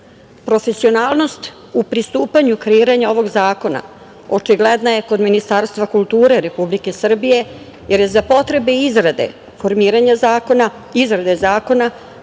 delatnosti. Profesionalnost u pristupanju kreiranja ovog zakona očigledan je kod Ministarstva kulture Republike Srbije jer za potrebe izrade formiranja zakona, izrade zakona,